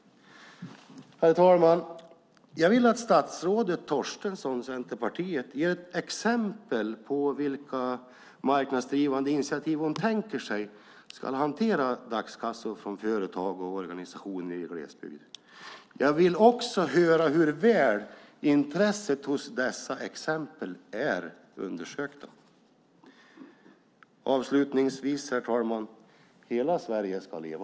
Herr talman! Jag vill att statsrådet Torstensson från Centerpartiet ger exempel på vilka marknadsdrivna initiativ hon tänker sig ska hantera dagskassor från företag och organisationer i glesbygden. Jag vill också höra hur väl intresset för dessa exempel är undersökt. Avslutningsvis, herr talman: Hela Sverige ska leva!